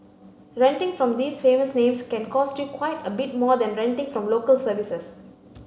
renting from these famous names can cost you quite a bit more than renting from local services